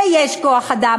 ויש כוח-אדם.